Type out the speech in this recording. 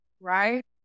right